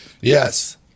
Yes